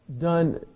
done